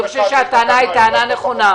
אני חושב שהטענה היא טענה נכונה.